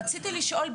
רציתי לשאול,